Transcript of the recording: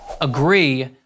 agree